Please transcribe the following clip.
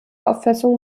auffassung